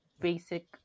basic